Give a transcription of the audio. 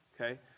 okay